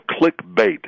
clickbait